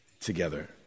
together